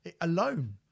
alone